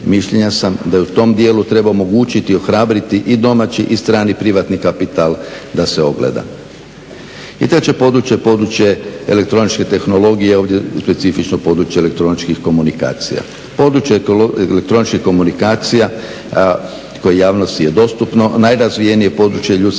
Mišljenja sam da i u tom dijelu treba omogućiti i ohrabriti i domaći i strani privatni kapital da se ogleda. I treće je područje, područje elektroničke tehnologije ovdje specifično područje elektroničkih komunikacija. Područje elektroničkih komunikacija koje javnosti je dostupno najrazvijenije je područje ljudske djelatnosti